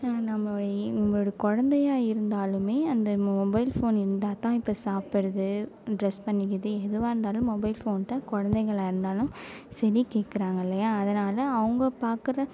நம்ம நம்ம குழந்தையா இருந்தாலுமே அந்த மொபைல் போன் இருந்தால் தான் இப்போது சாப்பிட்றது ட்ரெஸ் பண்ணிக்குது எதுவாக இருந்தாலும் மொபைல் போன் தான் குழந்தைங்களா இருந்தாலும் சரி கேட்குறாங்க இல்லையா அதனால் அவங்க பார்க்குற